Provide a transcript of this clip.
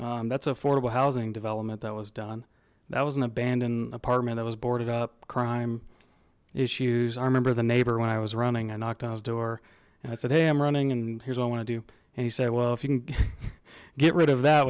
but that's affordable housing development that was done that was an abandoned apartment that was boarded up crying issues i remember the neighbor when i was running i knocked on his door and i said hey i'm running and here's what i want to do and he said well if you can get rid of that